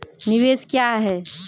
निवेश क्या है?